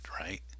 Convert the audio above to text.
right